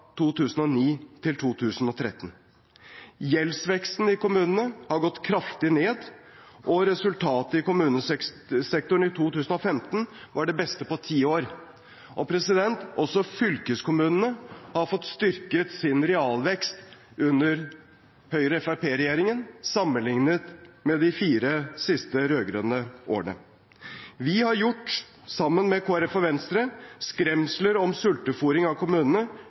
2009 til 2013. Gjeldsveksten i kommunene har gått kraftig ned, og resultatet i kommunesektoren i 2015 var det beste på ti år. Også fylkeskommunene har fått styrket sin realvekst under Høyre–Fremskrittsparti-regjeringen sammenlignet med de fire siste rød-grønne årene. Vi har – sammen med Kristelig Folkeparti og Venstre – gjort skremsler om sultefôring av kommunene